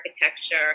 Architecture